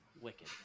Wicked